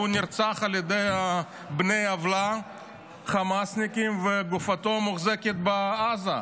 הוא נרצח על ידי בני עוולה חמאסניקים וגופתו מוחזקת בעזה.